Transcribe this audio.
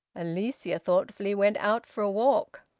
alicia thoughtfully went out for a walk.